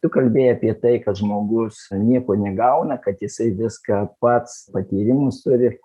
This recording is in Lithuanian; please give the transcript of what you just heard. tu kalbėjai apie tai kad žmogus nieko negauna kad jisai viską pats patyrimus turi